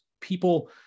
people